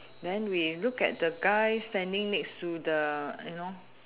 then we look at the guy standing next to the you know